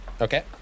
Okay